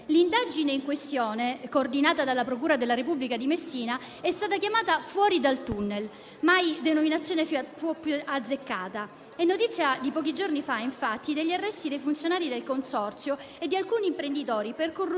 L'indagine in questione, coordinata dalla procura della Repubblica di Messina, è stata chiamata «Fuori dal tunnel» e mai denominazione fu più azzeccata. È notizia di pochi giorni fa, infatti, quella dell'arresto di funzionari del consorzio e di alcuni imprenditori per corruzione,